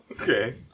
Okay